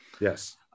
Yes